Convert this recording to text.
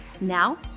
Now